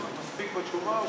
מסתפקים בתשובה.